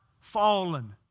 fallen